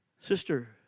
Sister